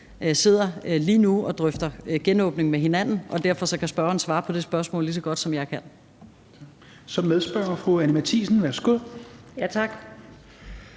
sidder og drøfter genåbning med hinanden, og derfor kan spørgeren svare lige så godt på det spørgsmål, som jeg kan.